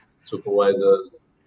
supervisors